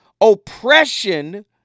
Oppression